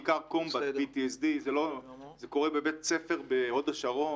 בעיקר ב-Combat PTSD. זה קורה בבית ספר בהוד השרון.